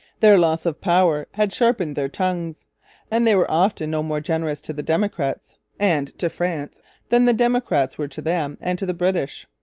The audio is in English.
their loss of power had sharpened their tongues and they were often no more generous to the democrats and to france than the democrats were to them and to the british.